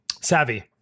Savvy